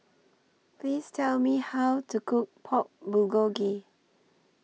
Please Tell Me How to Cook Pork Bulgogi